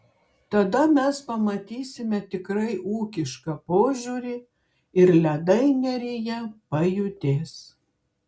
tada mes pamatysime tikrai ūkišką požiūrį ir ledai neryje pajudės